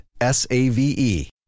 S-A-V-E